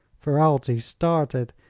ferralti started.